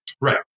Right